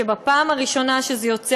שבפעם הראשונה שזה יוצא,